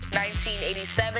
1987